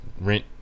rent